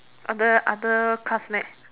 other other class